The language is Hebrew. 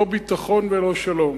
לא ביטחון ולא שלום.